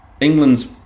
England's